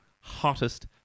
hottest